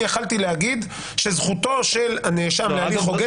יכולתי להגיד שזכותו של נאשם להליך הוגן.